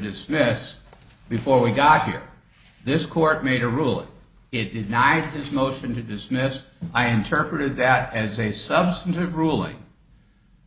dismiss before we got here this court made a ruling it did not have this motion to dismiss i interpreted that as a substantive ruling